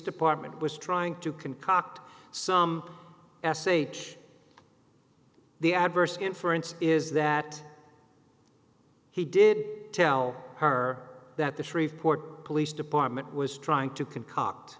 department was trying to concoct some sh the adverse inference is that he did tell her that the shreveport police department was trying to concoct